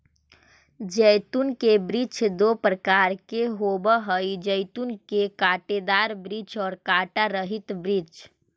जैतून के वृक्ष दो प्रकार के होवअ हई जैतून के कांटेदार वृक्ष और कांटा रहित वृक्ष